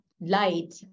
light